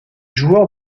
joueur